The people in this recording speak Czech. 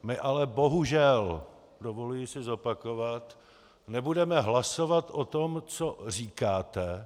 My ale bohužel, dovoluji si zopakovat, nebudeme hlasovat o tom, co říkáte.